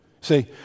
See